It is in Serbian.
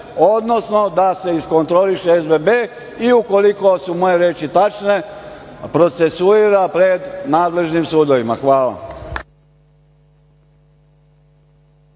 odnosno da se iskontroliše SBB i, ukoliko su moje reči tačne, procesuira pred nadležnim sudovima. Hvala.